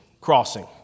crossing